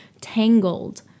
tangled